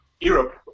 Europe